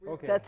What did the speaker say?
Okay